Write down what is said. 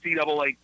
NCAA